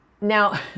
now